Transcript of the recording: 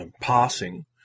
passing